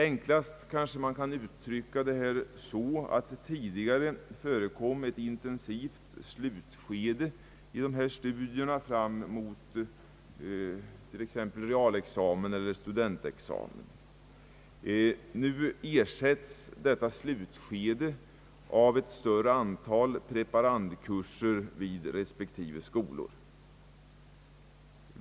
Enklast kanske man kan uttrycka detta så, att det tidigare förekom ett intensivt slutskede i dessa studier fram till t.ex. realexamen eller studentexamen, medan detta slutskede nu ersättes av ett större antal preparandkurser vid respektive skolor.